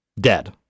dead